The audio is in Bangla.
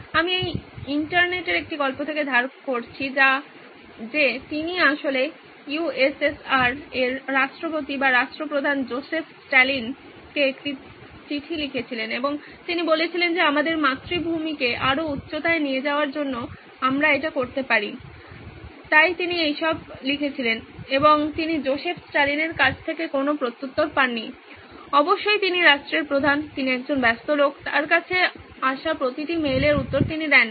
আমি এটি ইন্টারনেটের একটি গল্প থেকে ধার করছি যে তিনি আসলে ইউএসএসআর এর রাষ্ট্রপতি বা রাষ্ট্রপ্রধান জোসেফ স্ট্যালিনকে একটি চিঠি লিখেছিলেন এবং তিনি বলেছিলেন যে আমাদের মাতৃভূমিকে আরও উচ্চতায় নিয়ে যাওয়ার জন্য আমরা এটা করতে পারি তাই তিনি এই সব লিখেছেন এবং তিনি জোসেফ স্ট্যালিনের কাছ থেকে কোনো প্রত্যুত্তর পাননি অবশ্যই তিনি রাষ্ট্রের প্রধান তিনি একজন ব্যস্ত লোক তার কাছে আসা প্রতিটি মেইলের উত্তর তিনি দেন না